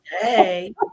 Hey